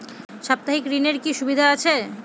সাপ্তাহিক ঋণের কি সুবিধা আছে?